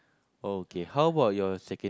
okay how about your sec